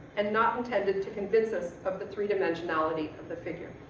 and not intended to convince us of the three dimensionality of the figure.